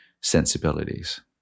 sensibilities